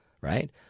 right